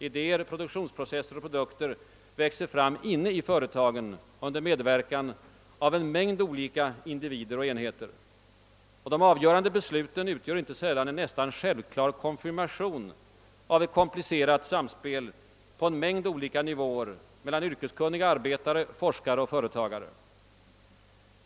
Idéer, produktionsprocesser och produkter växer fram inne i företagen under medverkan av en mängd olika individer och enheter, och de avgörande besluten utgör inte sällan en nästan självklar konfirmation av ett komplicerat samspel på en mängd nivåer mellan yrkeskunniga arbetare, forskare och företagare.